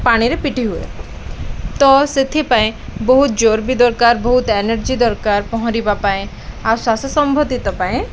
ପାଣିରେ ପିଟି ହୁଏ ତ ସେଥିପାଇଁ ବହୁତ ଜୋର୍ ବି ଦରକାର ବହୁତ ଏନର୍ଜି ଦରକାର ପହଁରିବା ପାଇଁ ଆଉ ଶ୍ୱାସ ସମ୍ବନ୍ଧିତ ପାଇଁ